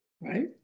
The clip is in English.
right